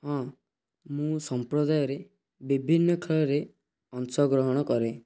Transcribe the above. ହଁ ମୁଁ ସମ୍ପ୍ରଦାୟରେ ବିଭିନ୍ନ ଖେଳରେ ଅଂଶଗ୍ରହଣ କରେ